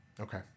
Okay